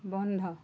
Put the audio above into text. বন্ধ